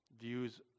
views